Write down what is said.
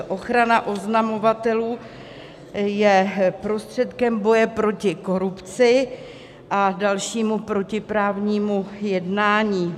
Ochrana oznamovatelů je prostředkem boje proti korupci a dalšímu protiprávnímu jednání.